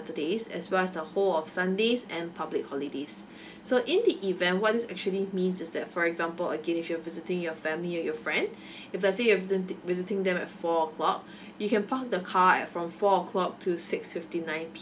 as well as the whole of sundays and public holidays so in the event what is actually means is that for example again if you're visiting your family or your friend if let's say you have visit visiting them at four o'clock you can park the card from four o'clock to six fifty nine P_M